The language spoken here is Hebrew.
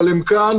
אבל הם כאן,